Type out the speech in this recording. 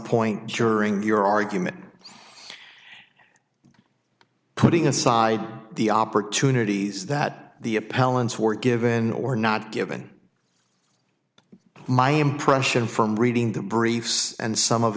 point during your argument putting aside the opportunities that the appellants were given or not given my impression from reading the briefs and some of